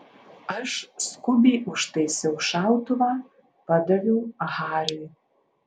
aš skubiai užtaisiau šautuvą padaviau hariui